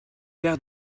paire